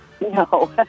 No